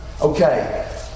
Okay